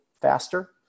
faster